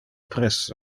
presso